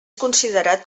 considerat